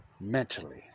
mentally